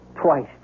twice